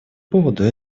поводу